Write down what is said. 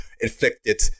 inflicted